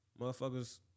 motherfuckers